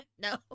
No